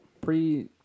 pre